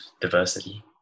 diversity